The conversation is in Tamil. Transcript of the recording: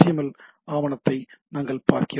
எல் ஆவணத்தை நாங்கள் பார்க்கிறோம்